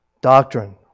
Doctrine